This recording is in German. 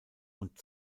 und